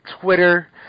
Twitter